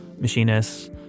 machinists